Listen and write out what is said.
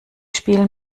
spielen